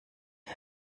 ein